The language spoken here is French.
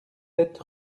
sept